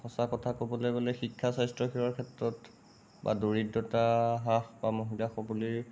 সঁচা কথা ক'বলৈ গ'লে শিক্ষা স্বাস্থ্যৰ ক্ষেত্ৰত বা দৰিদ্ৰতা হ্ৰাস বা মহিলা সৱলী